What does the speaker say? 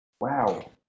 Wow